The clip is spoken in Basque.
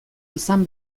izan